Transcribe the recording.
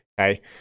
Okay